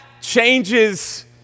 changes